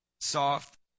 soft